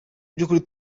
by’ukuri